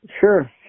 Sure